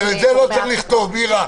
את זה לא צריך לכתוב, מירה,